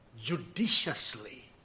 judiciously